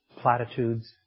platitudes